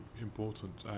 important